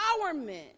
empowerment